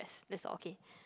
that's all okay